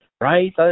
Right